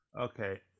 Okay